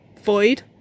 void